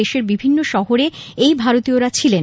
দেশের বিভিন্ন শহরে এই ভারতীয়রা ছিলেন